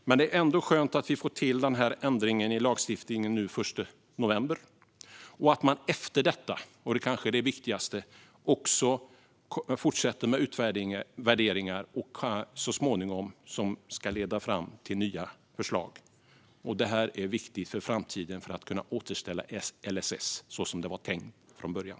Men det är ändå skönt att vi får till denna ändring i lagstiftningen den 1 november och att man efter detta - det kanske är det viktigaste - fortsätter med utvärderingar som så småningom leder fram till nya förslag. Detta är viktigt för att i framtiden kunna återställa LSS så som den var tänkt från början.